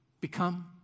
become